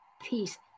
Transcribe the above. peace